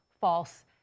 false